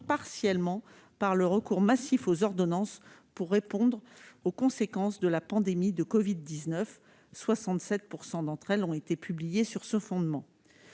partiellement par le recours massif aux ordonnances pour répondre aux conséquences de la pandémie de Covid 19 67 % d'entre elles ont été publiées sur ce fondement,